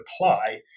apply